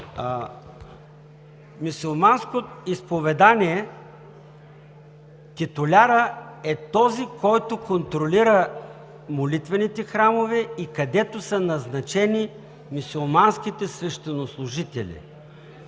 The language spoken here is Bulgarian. Мюсюлманското изповедание титулярът е този, който контролира молитвените храмове, където са назначени мюсюлманските свещенослужители.